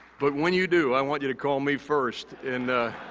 but, when you do, i want you to call me first. and